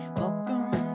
welcome